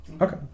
okay